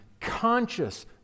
conscious